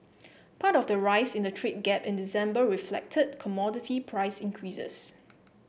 part of the rise in the trade gap in December reflected commodity price increases